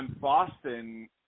Boston